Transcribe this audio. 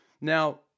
Now